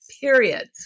period